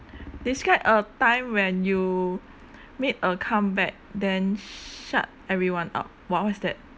describe a time when you made a comeback then shut everyone up !wah! what's that